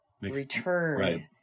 return